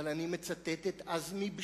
אבל אני מצטט את עזמי בשארה.